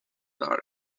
dark